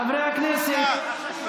חברי הכנסת,